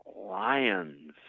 lions